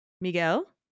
Miguel